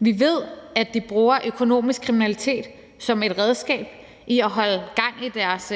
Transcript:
Vi ved, at de bruger økonomisk kriminalitet som et redskab til at holde gang i deres